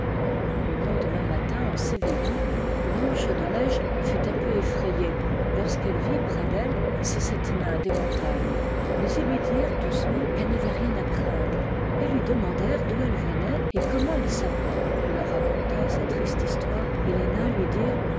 le lendemain matin en s'éveillant blanche de fep'iil o neige fut un peu effrayée lorsqu'elle vit prcs d'elle ccs sept nains des montagnes mais ils lui dirent l'arbre de noël doucement qu'elle n'avait rien à craindre et lui demandèrent d'où elle venait et comment elle s'appelait elle leur raconta sa triste histoire et les nains lui dirent